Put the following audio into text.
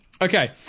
Okay